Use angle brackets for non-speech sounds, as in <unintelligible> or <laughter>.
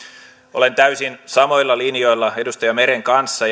olen täysin samoilla linjoilla edustaja meren kanssa <unintelligible>